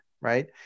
Right